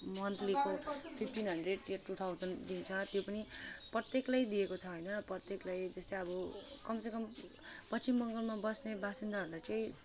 मन्थलीको fifteen hundred यो two thousand दिन्छ त्यो पनि प्रत्येकलाई दिइएको छ होइन प्रत्येकलाई त्यस्तै अब कम से कम पश्चिम बङ्गालमा बस्ने वासिन्दाहरूलाई चाहिँ